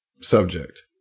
subject